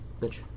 bitch